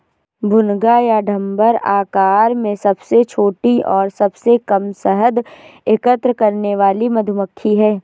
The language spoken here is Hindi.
भुनगा या डम्भर आकार में सबसे छोटी और सबसे कम शहद एकत्र करने वाली मधुमक्खी है